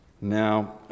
Now